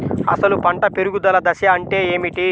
అసలు పంట పెరుగుదల దశ అంటే ఏమిటి?